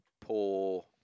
poor